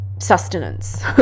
sustenance